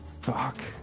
fuck